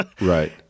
right